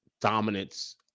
dominance